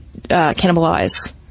cannibalize